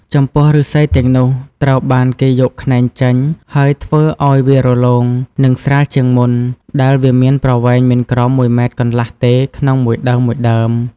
ចំពោះឫស្សីទាំងនោះ ត្រូវបានគេយកខ្នែងចេញ ហើយធ្វើឲ្យវារលោង និងស្រាលជាងមុន ដែលវាមានប្រវែងមិនក្រោមមួយម៉ែត្រកន្លះទេក្នុងមួយដើមៗ។